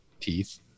teeth